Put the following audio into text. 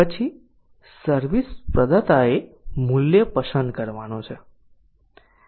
પછી સર્વિસ પ્રદાતાએ મૂલ્ય પસંદ કરવાનું છે